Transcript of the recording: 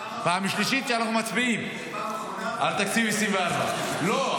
פעם שלישית שאנחנו מצביעים על תקציב 2024. זו פעם אחרונה?